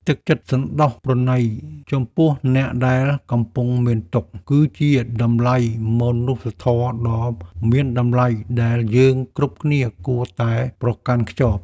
ទឹកចិត្តសណ្តោសប្រណីចំពោះអ្នកដែលកំពុងមានទុក្ខ គឺជាតម្លៃមនុស្សធម៌ដ៏មានតម្លៃដែលយើងគ្រប់គ្នាគួរតែប្រកាន់ខ្ជាប់។